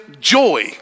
joy